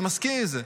אני מסכים עם זה.